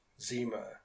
Zima